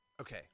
Okay